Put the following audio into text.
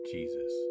Jesus